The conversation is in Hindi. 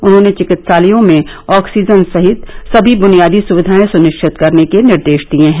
उन्होंने चिकित्सालयों में ऑक्सीजन सहित सभी बुनियादी सुविधाएं सुनिश्चित करने के निर्देश दिए हैं